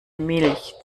milch